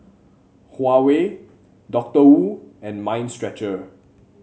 Huawei Doctor Wu and Mind Stretcher